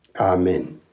Amen